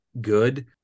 good